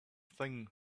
thing